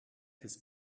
his